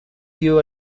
dio